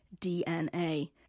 DNA